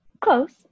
Close